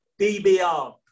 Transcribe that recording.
DBR